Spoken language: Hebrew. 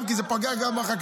כי זה פגע גם בחקלאות.